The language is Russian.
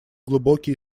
глубокие